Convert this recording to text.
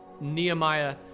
Nehemiah